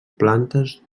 plantes